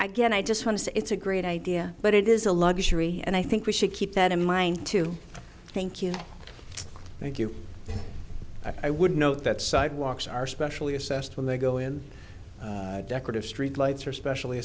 guess i just want to say it's a great idea but it is a luxury and i think we should keep that in mind to thank you thank you i would note that sidewalks are specially assessed when they go in decorative streetlights are specially